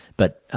but,